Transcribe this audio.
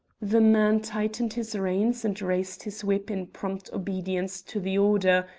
the man tightened his reins and raised his whip in prompt obedience to the order,